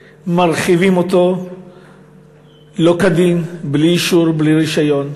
ומרחיבים לא כדין, בלי אישור ובלי רישיון.